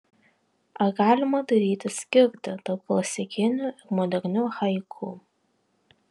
ar galima daryti skirtį tarp klasikinių ir modernių haiku